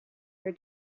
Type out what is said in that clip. your